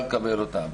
לקבל אותן